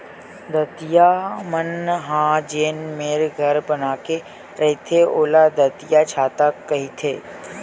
दतइया मन ह जेन मेर घर बना के रहिथे ओला दतइयाछाता कहिथे